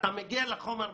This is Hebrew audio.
ביקשו ממנו פוליגרף.